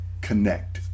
connect